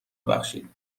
ببخشید